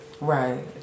Right